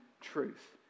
truth